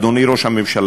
אדוני ראש הממשלה,